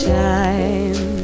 time